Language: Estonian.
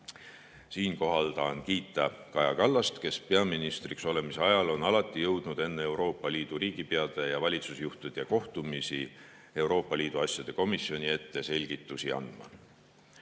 Siinkohal tahan kiita Kaja Kallast, kes peaministriks olemise ajal on alati jõudnud enne Euroopa Liidu riigipeade ja valitsusjuhtide kohtumisi Euroopa Liidu asjade komisjoni ette selgitusi